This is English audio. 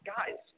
Guys